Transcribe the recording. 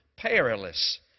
perilous